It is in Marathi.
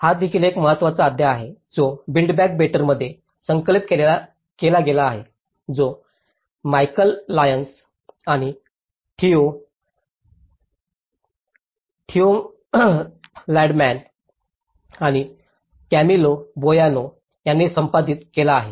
हा देखील एक महत्त्वाचा अध्याय आहे जो बिल्ड बॅक बेटर मध्ये संकलित केला गेला आहे जो मीकल लायन्स आणि थियो थियोल्डडमॅन आणि कॅमिलो बोआनो यांनी संपादित केला आहे